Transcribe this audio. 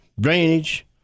drainage